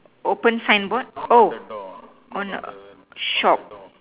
open signboard oh on a shop